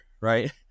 right